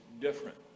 different